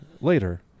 later